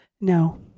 no